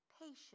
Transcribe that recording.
Patient